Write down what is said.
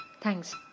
Thanks